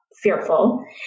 fearful